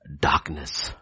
darkness